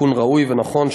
התיקון ראוי ונכון,